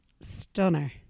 Stunner